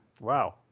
Wow